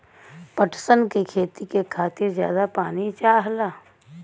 पटसन के खेती के खातिर जादा पानी चाहला